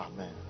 Amen